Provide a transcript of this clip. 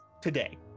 today